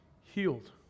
healed